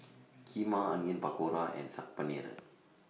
Kheema Onion Pakora and Saag Paneer